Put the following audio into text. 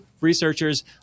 researchers